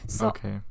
Okay